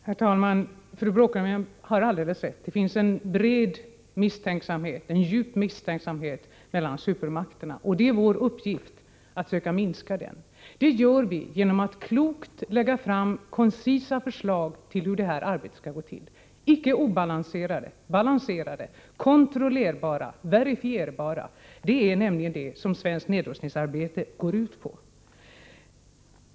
Herr talman! Fru Bråkenhielm har alldeles rätt: Det finns en djup misstänksamhet mellan supermakterna, och det är vår uppgift att söka minska den. Det gör vi genom att lägga fram kloka och koncisa förslag om hur det här arbetet skall gå till — icke obalanserade utan balanserade, kontrollerbara, verifierbara. Det är nämligen det som svenskt nedrustningsarbete går ut på.